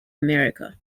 america